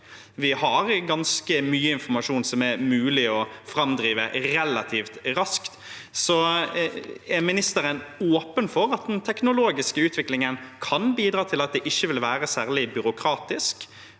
Det er ganske mye informasjon som er mulig å framdrive relativt raskt. Er ministeren åpen for at den teknologiske utviklingen kan bidra til at det ikke ville være særlig byråkratisk,